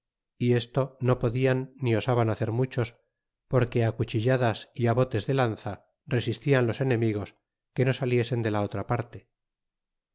y esto no podian ni osaban hacer muchos por que cuchilladas y botes de lanza resistian los enemigos que no saliesen dela otra parte